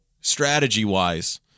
strategy-wise